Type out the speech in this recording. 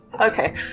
Okay